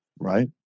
Right